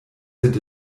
sind